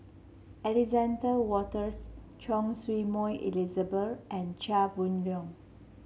Alexander Wolters Choy Su Moi Elizabeth and Chia Boon Leong